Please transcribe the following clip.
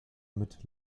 mit